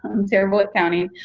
i'm terrible at counting.